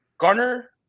Garner